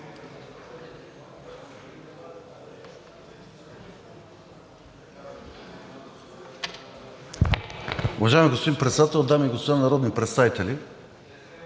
Благодаря